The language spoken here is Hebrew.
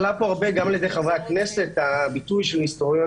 עלה פה על-ידי חברי הכנסת הביטוי של "מיניסטריון